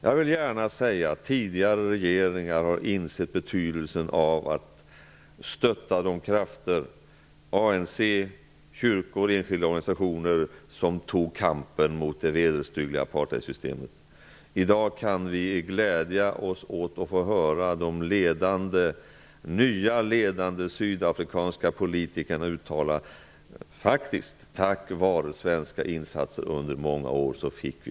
Jag vill gärna säga att tidigare regeringar har insett betydelsen av att stötta de krafter -- ANC, kyrkor och enskilda organisationer -- som tog upp kampen mot det vederstyggliga apartheidsystemet. I dag kan vi glädja oss åt att de nya ledande sydafrikanska politikerna faktiskt uttalar att de fick ett val tack vare svenska insatser under många år.